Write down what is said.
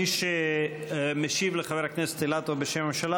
מי שמשיב לחבר הכנסת אילטוב בשם הממשלה